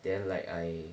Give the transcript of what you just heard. then like I